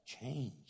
change